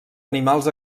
animals